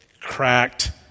cracked